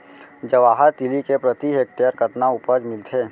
जवाहर तिलि के प्रति हेक्टेयर कतना उपज मिलथे?